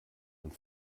und